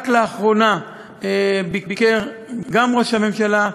רק לאחרונה ביקרו גם ראש הממשלה,